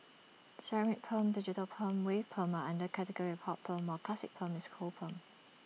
ceramic perm digital perm wave perm are under category of hot perm while classic perm is cold perm